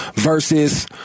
versus